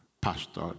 Pastor